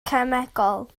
cemegol